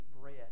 bread